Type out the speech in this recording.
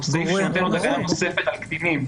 הוא סעיף שנותן הגנה נוספת על הקטינים.